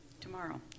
Tomorrow